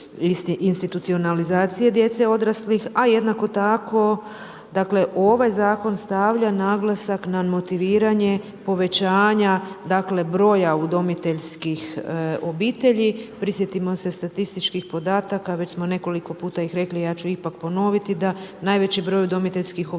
institucionalizacije djece i odraslih, a jednako tako dakle ovaj zakon stavlja naglasak na motiviranje, povećanja dakle broja udomiteljskih obitelji. Prisjetimo se statističkih podataka, već smo nekoliko puta i rekli, ja ću ipak ponoviti da najveći broj udomiteljskih obitelji